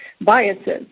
biases